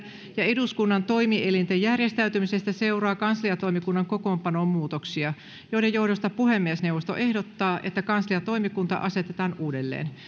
ja eduskunnan toimielinten järjestäytymisestä seuraa kansliatoimikunnan kokoonpanoon muutoksia joiden johdosta puhemiesneuvosto ehdottaa että kansliatoimikunta asetetaan uudelleen